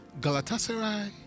Galatasaray